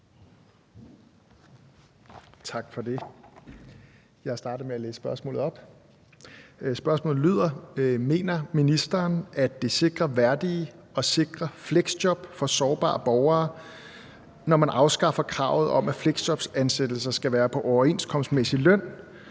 Tak for det. Jeg starter med at læse spørgsmålet op. Spørgsmålet lyder: Mener ministeren, at det sikrer værdige og sikre fleksjob for sårbare borgere, når man afskaffer kravet om, at fleksjobansættelser skal være på overenskomstmæssig løn,